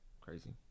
crazy